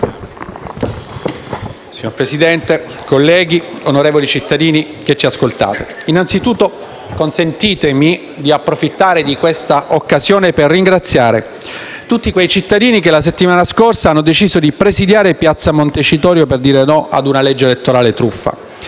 Signor Presidente, colleghi, onorevoli cittadini che ci ascoltate, innanzitutto consentitemi di approfittare di questa occasione per ringraziare tutti quei cittadini che la settimana scorsa hanno deciso di presidiare piazza Montecitorio per dire no a una legge elettorale truffa.